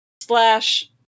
slash